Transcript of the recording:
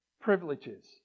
privileges